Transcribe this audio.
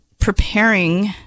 preparing